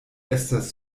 estas